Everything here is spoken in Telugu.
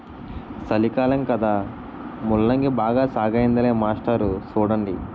సలికాలం కదా ముల్లంగి బాగా సాగయ్యిందిలే మాస్టారు సూడండి